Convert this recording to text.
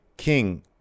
King